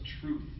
truth